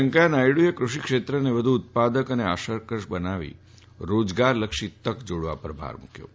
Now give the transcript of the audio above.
વૈંકેથા નાયડુએ દૃષિ ક્ષેત્રને વધુ ઉત્પાદક અને આકર્ષક બનાવી રોજગારલક્ષી તક જાડવા પર ભાર મૂક્યો છે